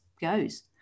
goes